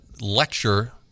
lecture